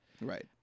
right